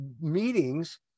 meetings